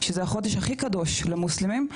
שזה החודש הכי קדוש למוסלמים,